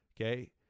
Okay